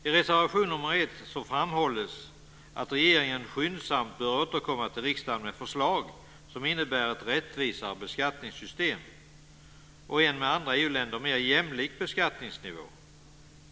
I reservation nr 1 framhålls att regeringen skyndsamt bör återkomma till riksdagen med förslag som innebär ett rättvisare beskattningssystem och en med andra EU-länder mer jämlik beskattningsnivå.